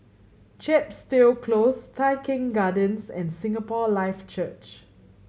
Chepstow Close Tai Keng Gardens and Singapore Life Church